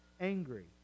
angry